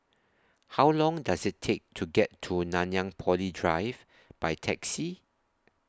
How Long Does IT Take to get to Nanyang Poly Drive By Taxi